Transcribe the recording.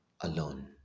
alone